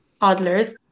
toddlers